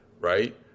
Right